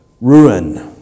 ruin